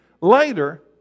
later